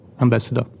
Ambassador